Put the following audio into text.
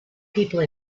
people